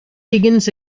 higgins